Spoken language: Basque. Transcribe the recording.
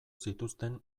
zituzten